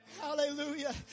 Hallelujah